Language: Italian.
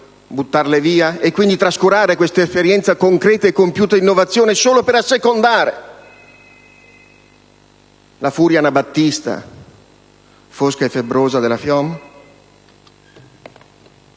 e trascurare quindi questa esperienza concreta e compiuta di innovazione solo per assecondare la furia anabattista, fosca e febbrosa della FIOM?